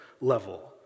level